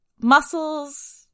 muscles